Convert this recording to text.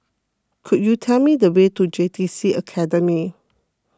could you tell me the way to J T C Academy